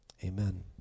Amen